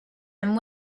and